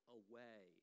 away